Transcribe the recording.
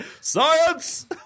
Science